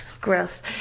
Gross